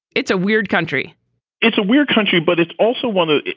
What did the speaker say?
it's a weird country it's a weird country, but it's also one.